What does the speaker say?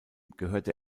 gehörte